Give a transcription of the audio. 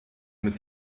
mit